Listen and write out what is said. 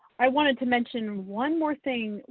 i wanted to mention one more thing,